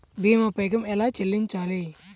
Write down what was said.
భీమా పైకం ఎలా చెల్లించాలి?